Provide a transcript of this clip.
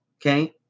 Okay